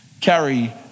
carry